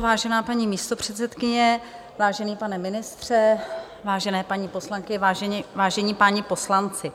Vážená paní místopředsedkyně, vážený pane ministře, vážené paní poslankyně, vážení páni poslanci,